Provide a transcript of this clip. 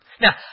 Now